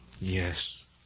Yes